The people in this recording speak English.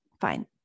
fine